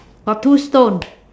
got two stone